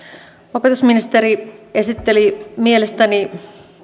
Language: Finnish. opetusministeri esitteli mielestäni